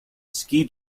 ski